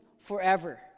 forever